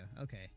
okay